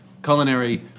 culinary